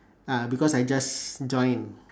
uh because I just joined